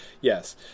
yes